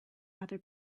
other